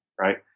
Right